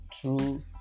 true